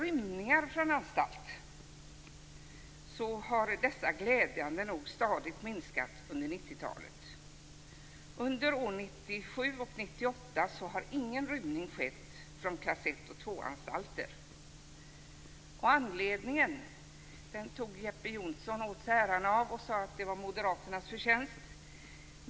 Rymningar från anstalterna har glädjande nog minskat stadigt under 1990-talet. Under år 1997 och 1998 har ingen rymning skett från anstalterna i klass I och II. Jeppe Johnsson tog åt sig äran och sade att detta var moderaternas förtjänst.